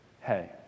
hey